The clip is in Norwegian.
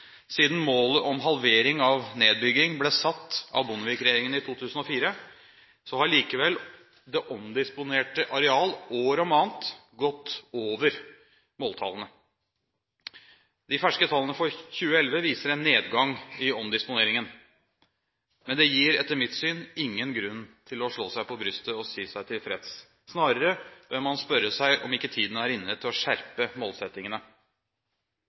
Siden målet om halvering av nedbygging ble satt av Bondevik-regjeringen i 2004, har likevel det omdisponerte areal år om annet gått over måltallene. De ferske tallene for 2011 viser en nedgang i omdisponeringen, men det gir etter mitt syn ingen grunn til å slå seg på brystet å si seg tilfreds. Snarere bør man spørre seg om ikke tiden er inne til å skjerpe målsettingene.